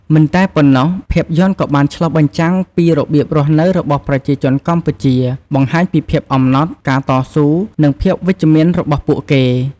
មិនតែប៉ុណ្ណោះ ភាពយន្តក៏បានឆ្លុះបញ្ចាំងពី របៀបរស់នៅរបស់ប្រជាជនកម្ពុជា បង្ហាញពីភាពអំណត់ ការតស៊ូ និងភាពវិជ្ជមានរបស់ពួកគេ។